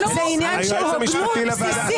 זה עניין של הוגנות בסיסית.